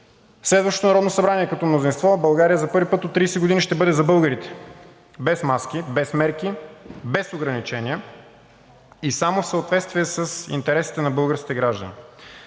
следващото Народно събрание като мнозинство, България за първи път от 30 години ще бъде за българите – без маски, без мерки, без ограничения и само в съответствие с интересите на българските граждани.